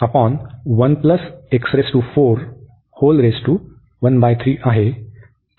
तर हे आहे